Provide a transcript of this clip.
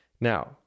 Now